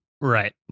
Right